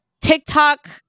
tiktok